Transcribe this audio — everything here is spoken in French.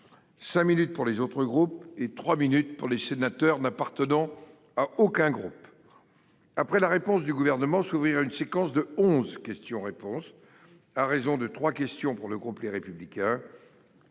minutes pour les autres groupes et trois minutes pour les sénateurs n'appartenant à aucun groupe. Après la réponse du Gouvernement s'ouvrirait une séquence de onze questions-réponses, à raison de trois questions pour le groupe Les Républicains,